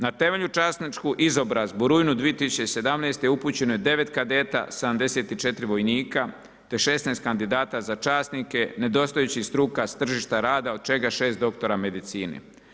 Na temeljnu časničku izobrazbu u rujnu 2017. upućeno je 9 kadeta, 74 vojnika te 16 kandidata za časnike, nedostajućih struka s tržišta rada od čega je 6 doktora medicine.